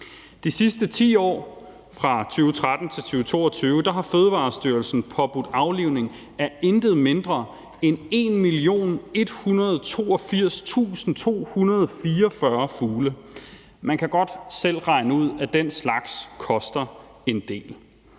De sidste 10 år, fra 2013-2022, har Fødevarestyrelsen påbudt aflivning af intet mindre end 1.182.244 fugle. Man kan godt selv regne ud, at den slags koster en del,